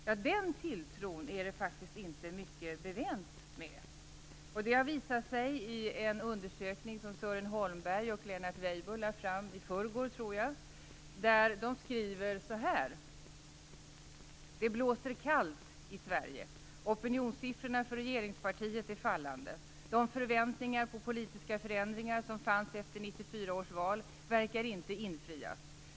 Ja, den tilltron är det faktiskt inte mycket bevänt med. Det har visat sig i en undersökning som Sören Holmberg och Lennart Weibull lade fram i förrgår, där de skriver så här: Det blåser kallt i Sverige. Opinionssiffrorna för regeringspartiet är fallande. De förväntningar på politiska förändringar som fanns efter 1994 års val verkar inte infrias.